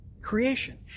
creation